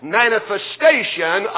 manifestation